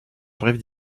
brève